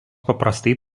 paprastai